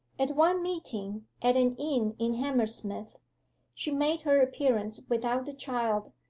at one meeting at an inn in hammersmith she made her appearance without the child,